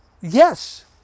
yes